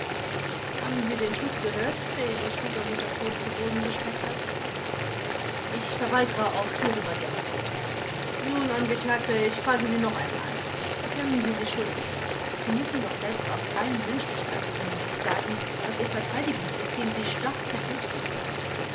haben sie den schuß gehört der ihre schwiegermutter tot zu boden gestreckt hat angekl ich verweigere auch hierüber die antwort vors nun angeklagter ich frage sie noch einmal bekennen sie sich schuldig sie müssen doch selbst aus reinen menschlichkeitsgründen sich sagen daß ihr verteidigungssystem sie stark verdächtig macht